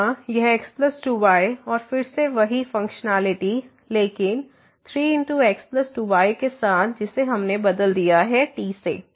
तो यहाँ यह x 2 y और फिर से वही फंक्शनैलिटी लेकिन 3 x 2 y के साथ जिसे हमने बदल दिया है t से